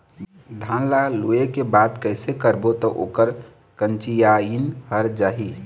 धान ला लुए के बाद कइसे करबो त ओकर कंचीयायिन हर जाही?